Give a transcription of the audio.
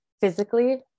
physically